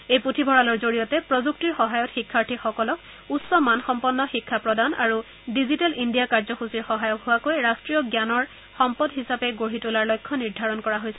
এই পুথিভঁৰালৰ জৰিয়তে প্ৰযুক্তিৰ সহায়ত শিক্ষাৰ্থীসকলক উচ্চ মানসম্পন্ন শিক্ষা প্ৰদান আৰু ডিজিটেল ইণ্ডিয়া কাৰ্যসূচীৰ সহায়ক হোৱাকৈ ৰাষ্ট্ৰীয় জ্ঞানৰ সম্পদ হিচাপে গঢ়ি তোলাৰ লক্ষ্য নিৰ্ধাৰণ কৰা হৈছে